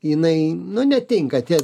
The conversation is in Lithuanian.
jinai nu netinka tie